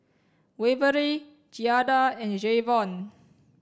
Waverly Giada and Jayvon